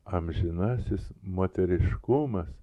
amžinasis moteriškumas